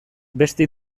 beste